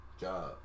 job